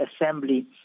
assembly